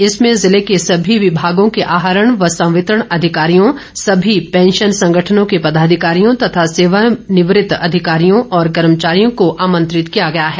इसमें जिले के सभी विभागों के आहरण व संवितरण अधिकारियों समस्त पैंशन संगठनों के पदाधिकारियों तथा सेवानिवृत अधिकारियों और कर्मचारियों को आमंत्रित किया गया है